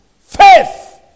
Faith